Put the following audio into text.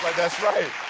like that's right.